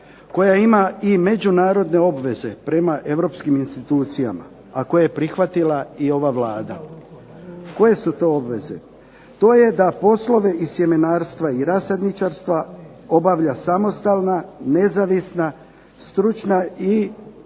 koja ima i međunarodne obveze prema Europskim institucijama, a koje je prihvatila i ova Vlada. Koje su to obveze? To je da poslove iz sjemenarstva i rasadničarstva obavlja samostalna nezavisna, stručna i